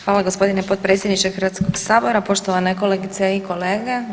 Hvala gospodine potpredsjedniče Hrvatskog sabora, poštovane kolegice i kolege.